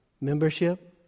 Membership